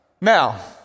Now